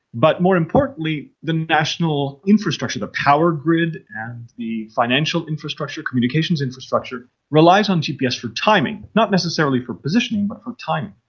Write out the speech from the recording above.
but more importantly the national infrastructure, the power grid and the financial infrastructure, communications infrastructure relies on a gps for timing, not necessarily for positioning but for timing.